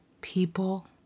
people